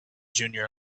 junior